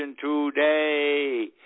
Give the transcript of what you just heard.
today